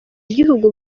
gihugu